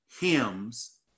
Hymns